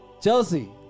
Chelsea